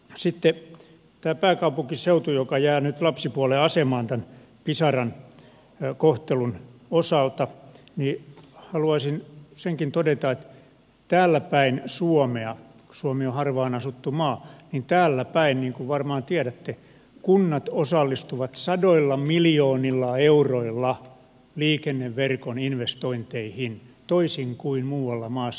sitten tästä pääkaupunkiseudusta joka jää nyt lapsipuolen asemaan tämän pisaran kohtelun osalta haluaisin senkin todeta että täälläpäin suomea kun suomi on harvaan asuttu maa niin kuin varmaan tiedätte kunnat osallistuvat sadoilla miljoonilla euroilla liikenneverkon investointeihin toisin kuin muualla maassa